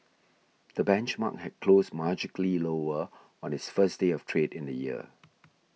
the benchmark had closed marginally lower on its first day of trade in the year